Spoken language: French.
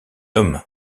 homme